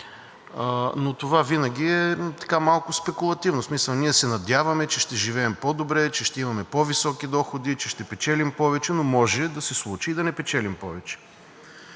но това винаги е малко спекулативно – в смисъл, че ние се надяваме, че ще живеем по-добре, че ще имаме по-високи доходи, че ще печелим повече, но може да се случи и да не печелим повече.